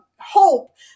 hope